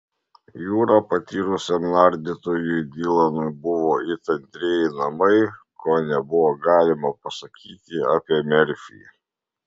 jūra patyrusiam nardytojui dilanui buvo it antrieji namai ko nebuvo galima pasakyti apie merfį